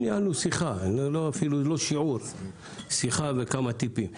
ניהלנו שיחה וכמה טיפים.